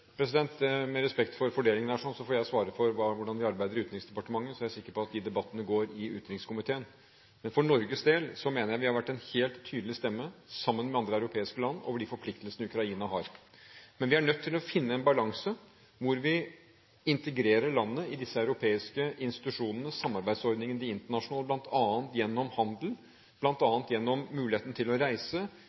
Med respekt for fordelingen her får jeg svare for hvordan vi arbeider i Utenriksdepartementet. Så er jeg sikker på at de debattene går i utenrikskomiteen. For Norges del mener jeg vi har vært en helt tydelig stemme, sammen med andre europeiske land, når det gjelder de forpliktelsene Ukraina har. Men vi er nødt til å finne en balanse hvor vi integrerer landet i disse europeiske institusjonene, de internasjonale samarbeidsordningene, bl.a. gjennom handel, bl.a. gjennom muligheten til å reise,